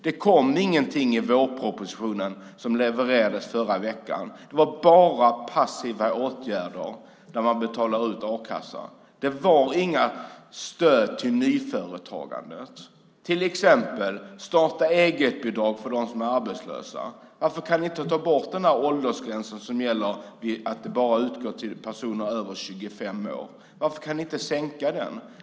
Det kom ingenting i vårpropositionen som levererades förra veckan. Det var bara passiva åtgärder där man betalar ut a-kassa. Det var inget stöd till nyföretagande, till exempel starta-eget-bidrag till dem som är arbetslösa. Varför kan ni inte ta bort den åldersgräns som gör att det bara utgår till personer över 25 år? Varför kan ni inte sänka den?